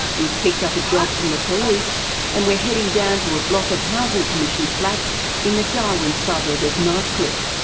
but we've picked up a job from the police and we're heading down to a block of housing commission flats in the darwin suburb of nightcliff.